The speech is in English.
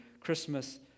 Christmas